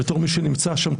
בתור מי שנמצא שם,